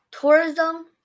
tourism